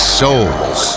souls